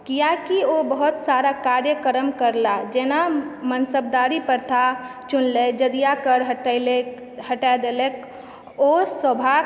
किआकि ओ बहुत सारा कार्यक्रम करला जेना मनसबदारी प्रथा चुनलथि जज़िया कर हटेलक हटा देलक ओ स्वभा